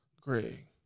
Greg